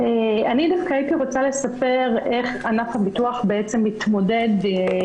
אני דווקא הייתי רוצה לספר איך ענף הביטוח בעצם מתמודד עם